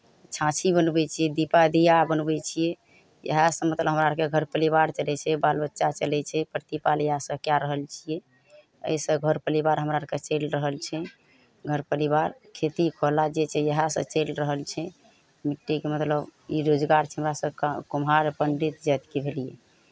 छाँछी बनबै छियै दीपा दिया बनबै छियै इएहसँ मतलब हमरा आरके घर परिवार चलै छै बाल बच्चा चलै छै प्रतिपाल इएहसँ कए रहल छियै एहिसँ घर परिवार हमरा आरके चलि रहल छै घर परिवार खेती खोला जे छै इएहसँ चलि रहल छै मिट्टीके मतलब ई रोजगार छै हमरा सभके कुम्हार पण्डित जातिके भेलियै